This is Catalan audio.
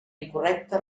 incorrecta